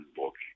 book